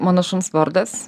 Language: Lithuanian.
mano šuns vardas